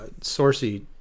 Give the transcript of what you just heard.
Sorcy